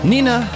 Nina